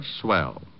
Swell